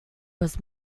was